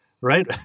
right